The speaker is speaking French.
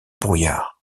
brouillard